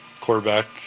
quarterback